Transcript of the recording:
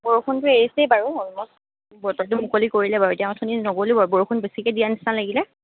বৰষুণতো এৰিছেই বাৰু অলম'ষ্ট বতৰটো মুকলি কৰিলে বাৰু এতিয়া অথনি নগ'লো বাৰু বৰষুণ বেছিকে দিয়াৰ নিচিনা লাগিল